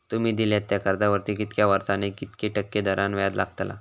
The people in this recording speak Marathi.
तुमि दिल्यात त्या कर्जावरती कितक्या वर्सानी कितक्या टक्के दराने व्याज लागतला?